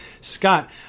Scott